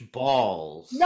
balls